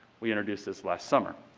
we introduced this last summer.